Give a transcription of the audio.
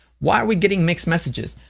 why are we getting mixed messages?